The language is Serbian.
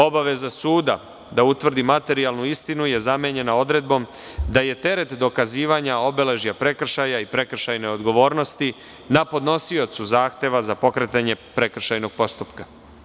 Obaveza suda da utvrdi materijalnu istinu je zamenjena odredbom, da je teret dokazivanja obeležja prekršaja i prekršajne odgovornosti na podnosiocu zahteva za pokretanje prekršajnog postupka.